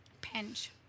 pinch